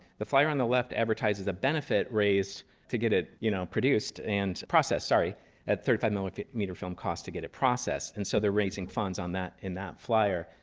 the flyer on the left advertises a benefit raised to get it you know produced and processed, sorry at thirty five millimeter film costs to get it processed, and so they're raising funds on that in that flyer.